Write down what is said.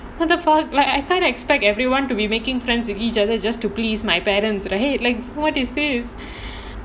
like what the fuck like I can't expect everyone be making friends with each other just to please my parents right like what is this